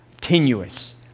tenuous